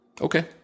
okay